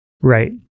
Right